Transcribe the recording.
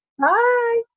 Bye